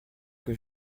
que